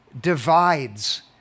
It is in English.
divides